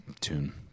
tune